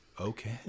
Okay